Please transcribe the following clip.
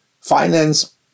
finance